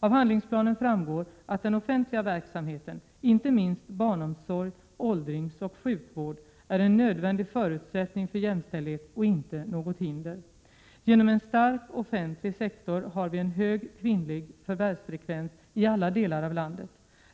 Av handlingsplanen framgår att den offentliga verksamheten — inte minst barnomsorg, åldringsoch sjukvård — är en nödvändig förutsättning för jämställdhet och inte något hinder. Genom en stark offentlig sektor har vi en hög kvinnlig förvärvsfrekvens i alla delar av landet.